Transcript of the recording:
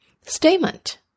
statement